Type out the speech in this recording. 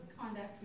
conduct